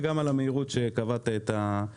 תודה גם על המהירות שקבעת את הדיון,